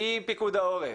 עם פיקוד העורף,